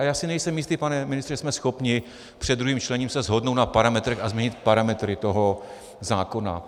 Já si nejsem jistý, pane ministře, že jsme schopni před druhým čtením se shodnout na parametrech a změnit parametry toho zákona.